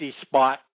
spot